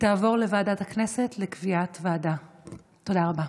להלן תוצאות ההצבעה: בעד, ארבעה,